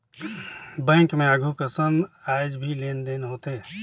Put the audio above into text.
bank मे आघु कसन आयज भी लेन देन होथे